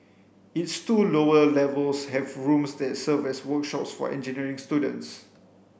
its two lower levels have rooms that serve as workshops for engineering students